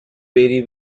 vary